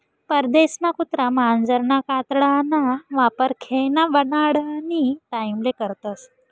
परदेसमा कुत्रा मांजरना कातडाना वापर खेयना बनाडानी टाईमले करतस